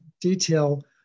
detail